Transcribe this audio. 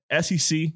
SEC